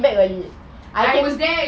I was there